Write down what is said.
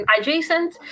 adjacent